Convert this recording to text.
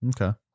Okay